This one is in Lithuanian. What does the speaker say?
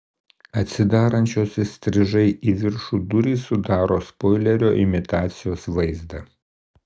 atsidarančios įstrižai į viršų durys sudaro spoilerio imitacijos vaizdą